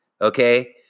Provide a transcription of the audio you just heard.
Okay